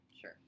Sure